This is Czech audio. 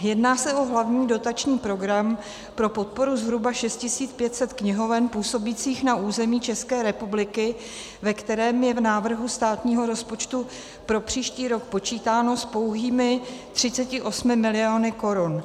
Jedná se o hlavní dotační program pro podporu zhruba 6 500 knihoven působících na území České republiky, ve kterém je v návrhu státního rozpočtu pro příští rok počítáno s pouhými 38 miliony korun.